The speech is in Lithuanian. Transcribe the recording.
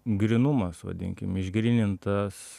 grynumas vadinkim išgrynintas